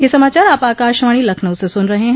ब्रे क यह समाचार आप आकाशवाणी लखनऊ से सुन रहे हैं